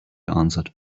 answered